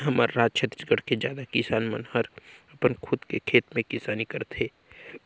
हमर राज छत्तीसगढ़ के जादा किसान मन हर अपन खुद के खेत में किसानी करथे